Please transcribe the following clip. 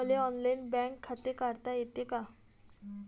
मले online bank खाते काढता येते का?